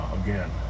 again